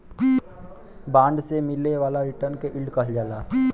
bond से मिले वाला रिटर्न के यील्ड कहल जाला